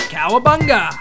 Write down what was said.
Cowabunga